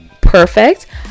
perfect